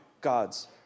God's